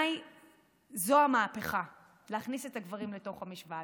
בעיניי זו המהפכה, להכניס את הגברים לתוך המשוואה.